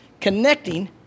connecting